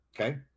Okay